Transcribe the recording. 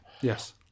Yes